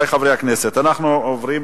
אני קובע